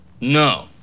No